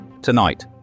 Tonight